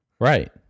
Right